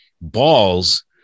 balls